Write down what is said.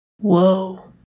Whoa